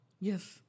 Yes